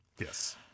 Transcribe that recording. Yes